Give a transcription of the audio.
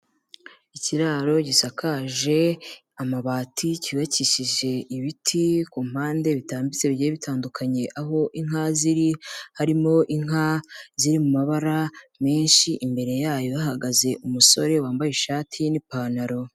Ikiraro gisakaje amabati, cyubakishije ibiti ku mpande bitambitse, bigiye bitandukanye, aho inka ziri harimo inka ziri mu mabara menshi, imbere yayo hahagaze umusore wambaye ishati n'ipantaro.